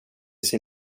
sin